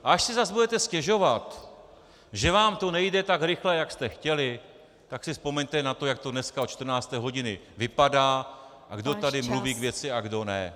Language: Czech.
A až si zas budete stěžovat, že vám to nejde tak rychle, jak jste chtěli, tak si vzpomeňte na to, jak to dneska od 14. hodiny vypadá a kdo tady mluví k věci a kdo ne.